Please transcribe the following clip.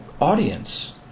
audience